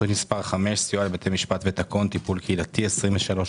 תוכנית מספר 5 סיוע לבתי משפט טיפול קהילתי 23-11-75: